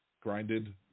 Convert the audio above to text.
Grinded